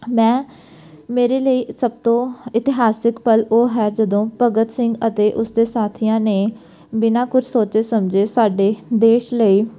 ਮੈਂ ਮੇਰੇ ਲਈ ਸਭ ਤੋਂ ਇਤਿਹਾਸਿਕ ਪਲ ਉਹ ਹੈ ਜਦੋਂ ਭਗਤ ਸਿੰਘ ਅਤੇ ਉਸਦੇ ਸਾਥੀਆਂ ਨੇ ਬਿਨਾਂ ਕੁਝ ਸੋਚੇ ਸਮਝੇ ਸਾਡੇ ਦੇਸ਼ ਲਈ